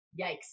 Yikes